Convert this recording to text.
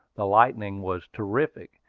the lightning was terrific,